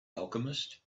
alchemist